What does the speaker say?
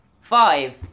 Five